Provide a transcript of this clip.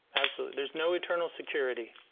absolutely. there is no eternal security.